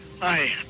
Hi